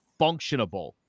Functionable